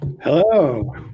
hello